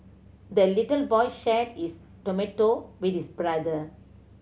the little boy shared his tomato with his brother